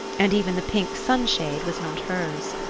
and even the pink sunshade was not hers.